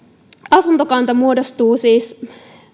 asuntokanta muodostuu siis